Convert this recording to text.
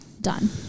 done